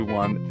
one